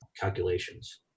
calculations